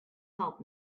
help